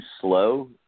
slow